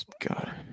God